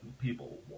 People